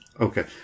Okay